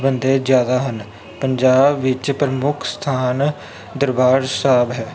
ਬੰਦੇ ਜ਼ਿਆਦਾ ਹਨ ਪੰਜਾਬ ਵਿੱਚ ਪ੍ਰਮੁੱਖ ਸਥਾਨ ਦਰਬਾਰ ਸਾਹਿਬ ਹੈ